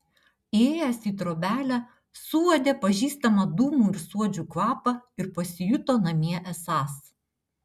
įėjęs į trobelę suuodė pažįstamą dūmų ir suodžių kvapą ir pasijuto namie esąs